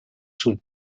sul